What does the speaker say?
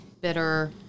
Bitter